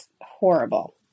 horrible